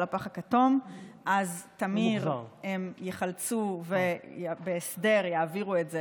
לפח הכתום אז תמיר יחלצו ובהסדר יעבירו את זה